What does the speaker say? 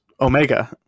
Omega